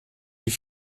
die